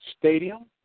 Stadium